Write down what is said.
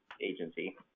agency